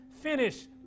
finish